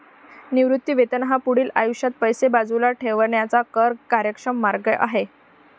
निवृत्ती वेतन हा पुढील आयुष्यात पैसे बाजूला ठेवण्याचा कर कार्यक्षम मार्ग आहे